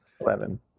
Eleven